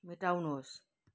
मेटाउनुहोस्